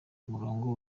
umurongo